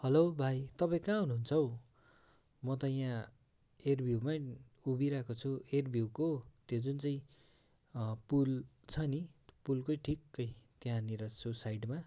hello भाइ तपाईँ कहाँ हुनुहुन्छ हौ म त यहाँ एयरभ्युमै उभिरहेको छु एयरभ्युको त्यो जुन चाहिँ अँ पुल छ नि पुलकै ठिकै त्यहाँनिर छु साइडमा